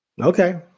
Okay